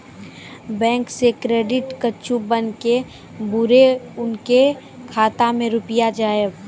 Bank से credit कद्दू बन के बुरे उनके खाता मे रुपिया जाएब?